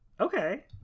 Okay